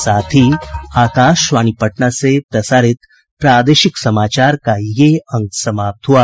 इसके साथ ही आकाशवाणी पटना से प्रसारित प्रादेशिक समाचार का ये अंक समाप्त हुआ